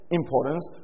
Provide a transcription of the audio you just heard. importance